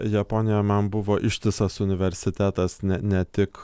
japonija man buvo ištisas universitetas ne ne tik